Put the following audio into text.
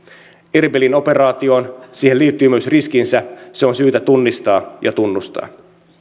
erbilin operaatioon liittyy myös riskinsä se on syytä tunnistaa ja tunnustaa